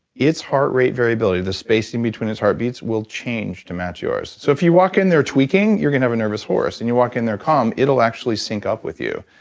it's heart rate variability, the spacing between it's heartbeats will change to match yours. so if you walk in there tweaking, you're going to have a nervous horse and you walk in there calm, it'll actually sync up with you.